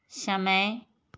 समय